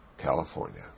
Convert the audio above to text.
California